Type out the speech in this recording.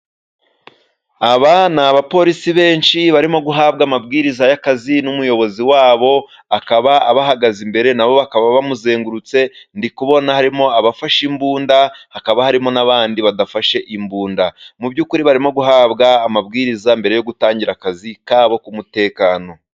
Aba ni abapolisi benshi barimo guhabwa amabwiriza y'akazi n'umuyobozi wabo akaba abahagaze imbere nabo bakaba bamuzengurutse ndikubona harimo abafashe imbunda hakaba harimo n'abandi badafashe imbunda mu by'ukuri barimo guhabwa amabwiriza mbere yo gutangira akazi kabo k' mutekano.